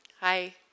Hi